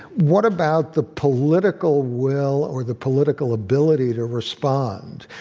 what about the political will or the political ability to respond?